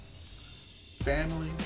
family